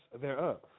thereof